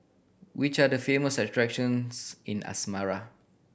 which are the famous attractions in Asmara